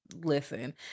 Listen